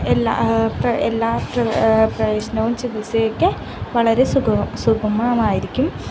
എല്ലാ പ്രവേശനവും ചികിത്സയൊക്കെ വളരെ സുഗമമായിരിക്കും